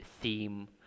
theme